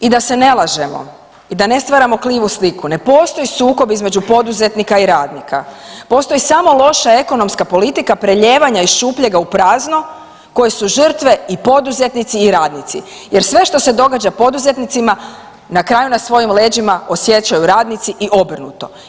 I da se ne lažemo i da ne stvaramo krivu sliku, ne postoji sukob između poduzetnika i radnika, postoji samo loša ekonomska politika prelijevanja iz šupljega u prazno koje su žrtve i poduzetnici i radnici jer sve što se događa poduzetnicima na kraju na svojim leđima osjećaju radnici i obrnuto.